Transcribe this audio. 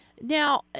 now